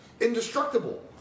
indestructible